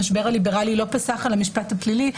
המשבר הליברלי לא פסח על המשפט הפלילי.